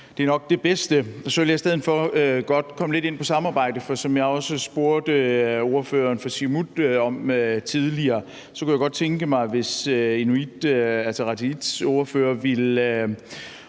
det er nok det bedste. Så vil jeg i stedet for godt komme lidt ind på samarbejdet. For som jeg også spurgte ordføreren for Siumut om tidligere, kunne jeg godt tænke mig, hvis Inuit Ataqatigiits ordfører ville